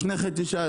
לפני חצי שעה,